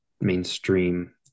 mainstream